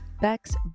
Bex